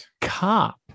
cop